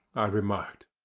i remarked.